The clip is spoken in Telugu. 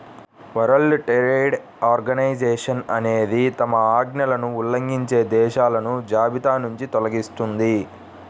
వరల్డ్ ట్రేడ్ ఆర్గనైజేషన్ అనేది తమ ఆజ్ఞలను ఉల్లంఘించే దేశాలను జాబితానుంచి తొలగిస్తుంది